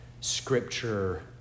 Scripture